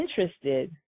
interested